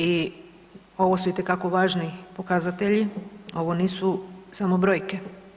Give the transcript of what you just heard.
I ovo su itekako važni pokazatelji, ovo nisu samo brojke.